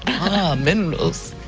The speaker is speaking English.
minerals.